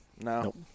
No